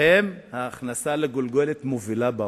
המובילות בעולם בהכנסה לגולגולת.